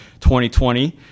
2020